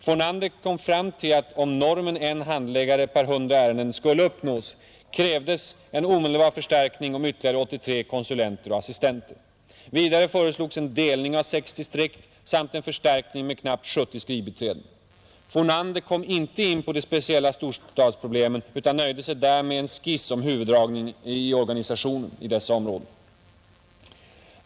Fornander kom fram till att om normen en handläggare per 100 ärenden skulle uppnås krävdes en omedelbar förstärkning om ytterligare 83 konsulenter och assistenter. Vidare föreslogs en delning av sex distrikt samt en förstärkning med knappt 70 skrivbiträden. Fornander kom inte in på de speciella storstadsproblemen utan nöjde sig där med en skiss om huvuddragen i organisationen i dessa områden.